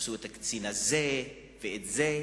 שתפסו את הקצין הזה ואת הקצין הזה.